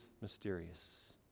mysterious